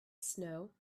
snow